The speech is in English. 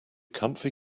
comfy